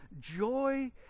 joy